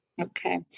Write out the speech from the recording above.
Okay